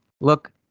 look